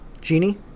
Genie